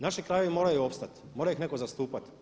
Naši krajevi moraju opstati, mora ih netko zastupati.